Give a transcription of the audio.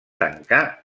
tancar